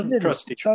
trustee